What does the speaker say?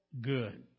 good